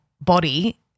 body